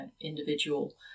individual